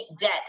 debt